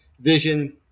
vision